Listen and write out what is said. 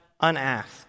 unasked